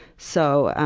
so